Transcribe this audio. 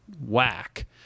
whack